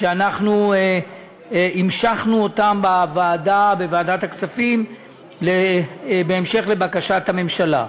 שאנחנו המשכנו אותן בוועדת הכספים בהמשך לבקשת הממשלה.